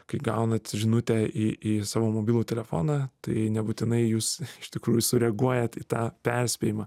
kai gaunat žinutę į į savo mobilų telefoną tai nebūtinai jūs iš tikrųjų sureaguojat į tą perspėjimą